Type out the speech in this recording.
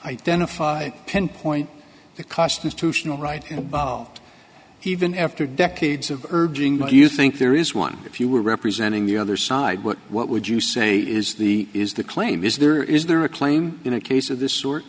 identify pinpoint the constitutional right even after decades of urging what you think there is one if you were representing the other side what what would you say is the is the claim is there is there a claim in a case of this sort